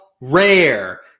Rare